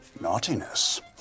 naughtiness